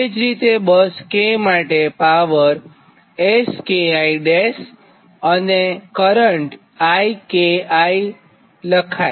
તે જ રીતે બસ k માટે પાવર Skiઅને કરંટ Iki લખાય